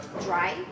dry